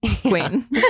queen